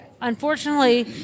unfortunately